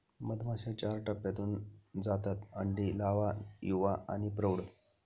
मधमाश्या चार टप्प्यांतून जातात अंडी, लावा, युवा आणि प्रौढ